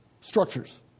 structures